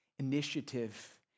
initiative